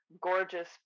gorgeous